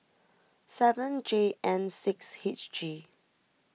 seven J N six H G